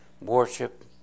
Worship